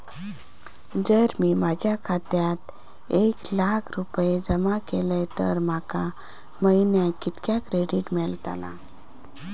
जर मी माझ्या खात्यात एक लाख रुपये जमा केलय तर माका महिन्याक कितक्या क्रेडिट मेलतला?